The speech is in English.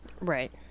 right